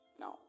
Now